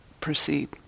proceed